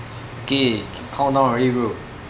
okay can countdown already bro